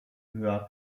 gehört